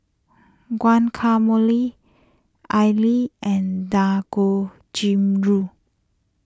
Guacamole Idili and Dangojiru